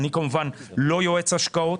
אני כמובן לא יועץ השקעות,